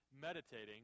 meditating